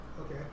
Okay